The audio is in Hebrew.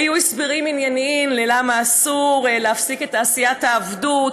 היו הסברים ענייניים למה אסור להפסיק את תעשיית העבדות,